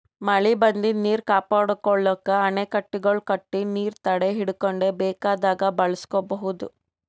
ಮಳಿ ಬಂದಿದ್ದ್ ನೀರ್ ಕಾಪಾಡ್ಕೊಳಕ್ಕ್ ಅಣೆಕಟ್ಟೆಗಳ್ ಕಟ್ಟಿ ನೀರ್ ತಡೆಹಿಡ್ಕೊಂಡ್ ಬೇಕಾದಾಗ್ ಬಳಸ್ಕೋಬಹುದ್